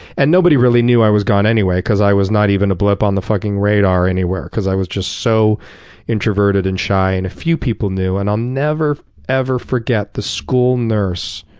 and nobody really knew i was gone anyway, because i was not even a blip on the fucking radar anywhere, because i was just so introverted and shy. and a few people knew. and i'll never ever forget the school nurse